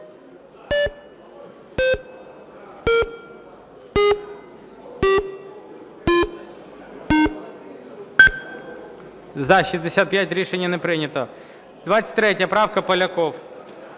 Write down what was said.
За-65 Рішення не прийнято. 23 правка. Поляков.